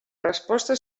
resposta